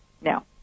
Now